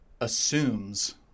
assumes